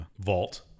vault